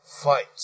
fight